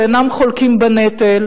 שאינם חולקים בנטל